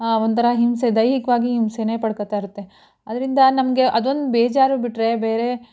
ಒಂಥರ ಹಿಂಸೆ ದೈಹಿಕ್ವಾಗಿ ಹಿಂಸೆಯೇ ಪಡ್ಕೊತಾಯಿರುತ್ತೆ ಅದರಿಂದ ನಮಗೆ ಅದೊಂದು ಬೇಜಾರು ಬಿಟ್ಟರೆ ಬೇರೆ